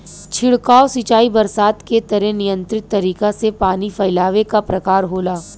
छिड़काव सिंचाई बरसात के तरे नियंत्रित तरीका से पानी फैलावे क प्रकार होला